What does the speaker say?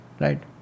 right